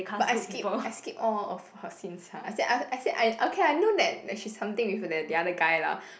but I skip I skip all of her scenes sia I say I say okay I know that that she's something with that the other guy lah